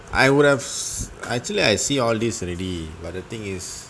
I would have actually I see all these already but the thing is